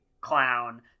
clown